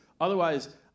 Otherwise